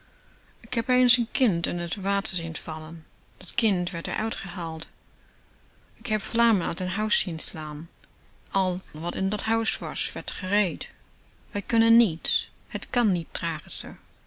ik heb eens n kind in t water zien vallen dat kind werd r uitgehaald k heb vlammen uit n huis zien slaan al wat in dat huis was werd gered wij kunnen niets het kan niet